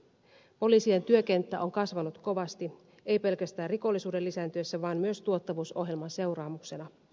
poliisien työkenttä on kasvanut kovasti ei pelkästään rikollisuuden lisääntyessä vaan myös tuottavuusohjelman seuraamuksena